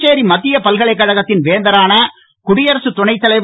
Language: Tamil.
புதுச்சேரி மத்திய பல்கலைக்கழகத்தின் வேந்தரான குடியரசு துணைத் தலைவர்